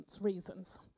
reasons